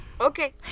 Okay